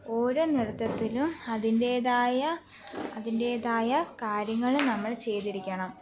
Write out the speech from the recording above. ഓരോ നൃത്തത്തിലും അതിൻ്റേതായ അതിൻ്റേതായ കാര്യങ്ങൾ നമ്മൾ ചെയ്തിരിക്കണം